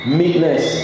meekness